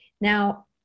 Now